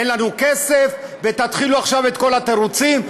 אין לנו כסף; שתתחילו עכשיו את כל התירוצים ותגידו: